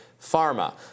pharma